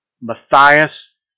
Matthias